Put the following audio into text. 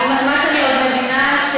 אני מבינה,